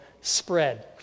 spread